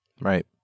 Right